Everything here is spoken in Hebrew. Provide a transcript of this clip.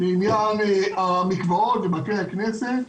לעניין המקוואות ובתי הכנסת,